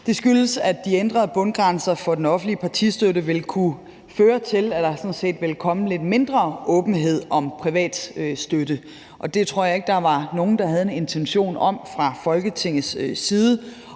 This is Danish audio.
Det skyldes, at de ændrede bundgrænser for den offentlige partistøtte ville kunne føre til, at der sådan set ville komme lidt mindre åbenhed om privat støtte. Og det tror jeg ikke der var nogen der havde en intention om fra Folketingets side,